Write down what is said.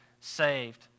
saved